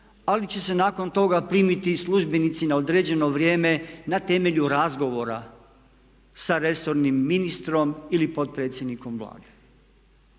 ali će se nakon toga primiti službenici na određeno vrijeme na temelju razgovora sa resornim ministrom ili potpredsjednikom Vlade.